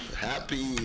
Happy